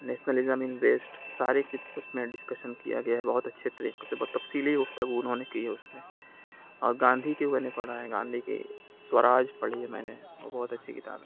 nationalism in west ساری اُس میں ڈسکشن کیا گیا ہے بہت اچھے طریقے سے بہت تفصیلی گفتگو اُنہوں نے کی ہے اُس میں اور گاندھی کے میں نے پڑھا ہے گاندھی کی سوراج پڑھی ہے میں نے وہ بہت اچھی کتاب ہے